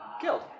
killed